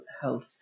health